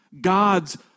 God's